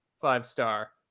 five-star